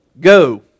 go